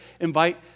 invite